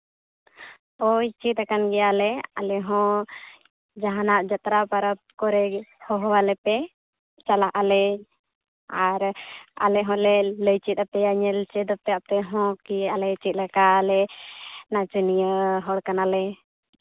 ᱦᱳᱭ ᱪᱮᱫ ᱟᱠᱟᱱ ᱜᱮᱭᱟᱞᱮ ᱟᱞᱮ ᱦᱚᱸ ᱡᱟᱦᱟᱱᱟᱜ ᱡᱟᱛᱨᱟ ᱯᱚᱨᱚᱵᱽ ᱠᱚᱨᱮ ᱦᱚᱦᱚᱣᱟᱞᱮᱯᱮ ᱪᱟᱞᱟᱜ ᱟᱞᱮ ᱟᱨ ᱟᱞᱮ ᱦᱚᱸᱞᱮ ᱞᱟᱹᱭ ᱪᱮᱫ ᱟᱯᱮᱭᱟ ᱟᱯᱮ ᱦᱚᱸ ᱠᱤ ᱟᱞᱮ ᱪᱮᱫ ᱞᱮᱠᱟ ᱞᱮ ᱱᱟᱪᱚᱱᱤᱭᱟᱹ ᱦᱚᱲ ᱠᱟᱱᱟᱞᱮ